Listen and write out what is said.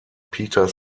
peter